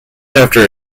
after